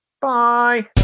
bye